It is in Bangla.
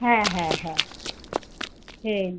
হ্যাঁ হ্যাঁ হ্যাঁ সেই